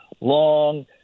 long